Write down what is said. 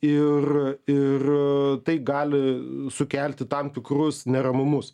ir ir tai gali sukelti tam tikrus neramumus